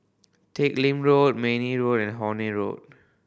Teck Lim Road Mayne Road and Horne Road